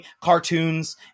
cartoons